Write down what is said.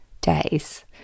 days